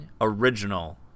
original